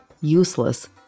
useless